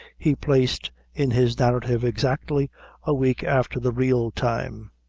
he placed in his narrative exactly a week after the real time.